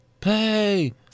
Play